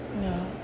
No